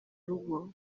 rugo